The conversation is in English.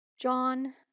John